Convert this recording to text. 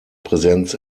präsenz